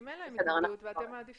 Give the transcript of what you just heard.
אם אין להם התנגדות ואתם מעדיפים,